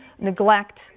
neglect